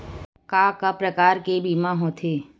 का का प्रकार के बीमा होथे?